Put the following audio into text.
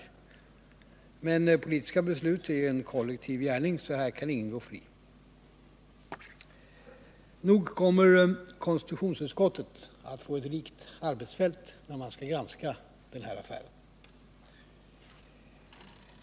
Men politiska beslut är en kollektiv gärning, så här kan ingen gå fri. Nog kommer konstitutionsutskottet att få ett rikt arbetsfält när utskottet skall granska den här affären.